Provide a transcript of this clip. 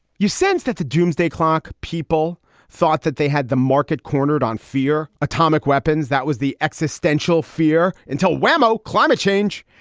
you sense that the doomsday clock. people thought that they had the market cornered on fear. atomic weapons. that was the existential fear until wham-o climate change.